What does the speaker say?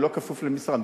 הוא לא כפוף למשרד.